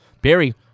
Barry